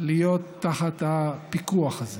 להיות תחת הפיקוח הזה.